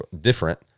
different